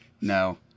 no